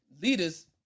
leaders